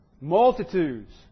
multitudes